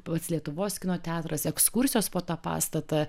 pats lietuvos kino teatras ekskursijos po tą pastatą